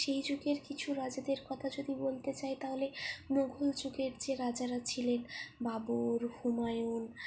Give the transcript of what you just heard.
সেই যুগের কিছু রাজাদের কথা যদি বলতে চাই তাহলে মুঘল যুগের যে রাজারা ছিলেন বাবর হুমায়ুন